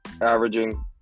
averaging